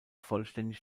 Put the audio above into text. vollständig